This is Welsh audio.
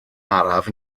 araf